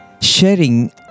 sharing